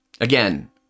again